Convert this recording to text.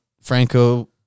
Franco